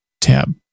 Tab